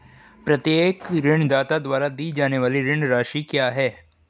प्रत्येक ऋणदाता द्वारा दी जाने वाली ऋण राशि क्या है?